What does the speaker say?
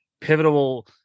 pivotal